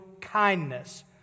kindness